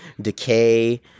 decay